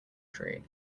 tree